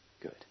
good